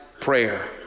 prayer